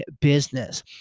business